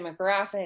demographic